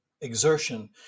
exertion